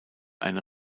eine